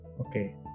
Okay